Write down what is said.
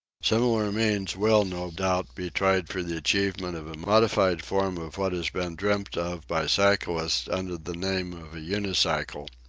similar means will, no doubt, be tried for the achievement of a modified form of what has been dreamt of by cyclists under the name of a unicycle.